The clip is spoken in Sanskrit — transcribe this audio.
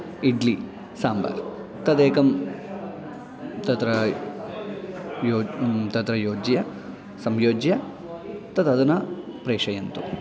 इड्लि साम्बार् तदेकं तत्र यो तत्र योज्य संयोज्य तद् अधुना प्रेषयन्तु